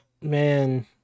Man